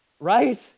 Right